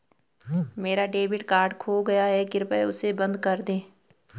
मेरा debit card खो गया है, कृपया उसे बंद कर दें